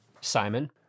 Simon